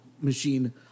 machine